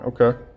Okay